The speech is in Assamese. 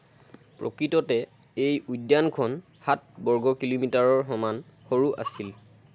প্ৰকৃততে এই উদ্যানখন সাত বৰ্গ কিলোমিটাৰৰ সমান সৰু আছিল